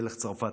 מלך צרפת,